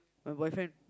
my boyfriend